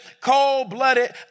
cold-blooded